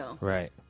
Right